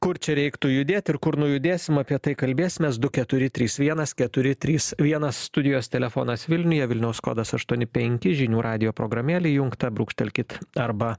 kur čia reiktų judėt ir kur nujudėsim apie tai kalbėsimės du keturi trys vienas keturi trys vienas studijos telefonas vilniuje vilniaus kodas aštuoni penki žinių radijo programėlė įjungta brūkštelkit arba